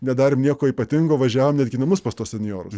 nedarėme nieko ypatingo važiavom netgi į namus pas tuos senjorus